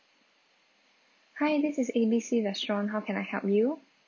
hi this is A B C restaurant how can I help you